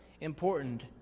important